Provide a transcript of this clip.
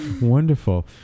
Wonderful